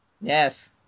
Yes